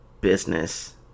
business